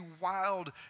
wild